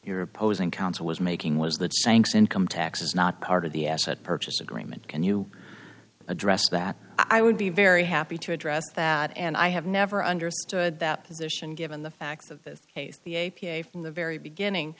your opposing counsel was making was that shanks income tax is not part of the asset purchase agreement can you address that i would be very happy to address that and i have never understood that position given the facts of the case the a p a from the very beginning